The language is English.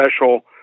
special